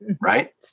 right